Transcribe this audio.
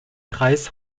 kreis